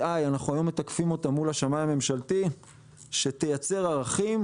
אנחנו היום מתקפים אותה מול השמאי הממשלתי שתייצר ערכים.